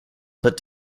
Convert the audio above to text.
but